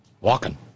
walking